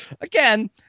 Again